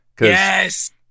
Yes